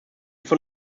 von